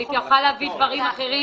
היא תוכל להביא דברים אחרים,